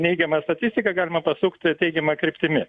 neigiamą statistiką galima pasukti teigiama kryptimi